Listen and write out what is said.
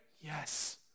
Yes